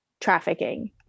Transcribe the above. trafficking